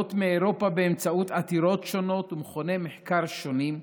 ממשלות מאירופה באמצעות עתירות שונות ומכוני מחקר שונים,